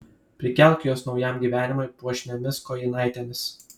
prikelk juos naujam gyvenimui puošniomis kojinaitėmis